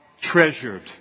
treasured